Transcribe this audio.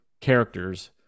characters